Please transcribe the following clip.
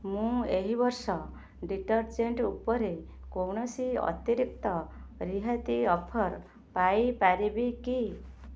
ମୁଁ ଏହି ବର୍ଷ ଡ଼ିଟର୍ଜେଣ୍ଟ୍ ଉପରେ କୌଣସି ଅତିରିକ୍ତ ରିହାତି ଅଫର୍ ପାଇ ପାରିବି କି